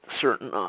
certain